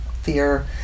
fear